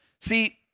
See